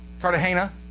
Cartagena